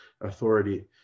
authority